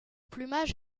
plumage